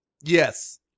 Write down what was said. yes